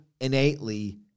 innately